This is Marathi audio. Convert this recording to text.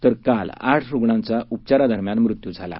तर काल आठ रुग्णांचा उपचारादरम्यान मृत्यू झाला आहे